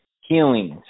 healings